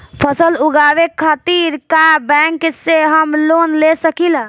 फसल उगावे खतिर का बैंक से हम लोन ले सकीला?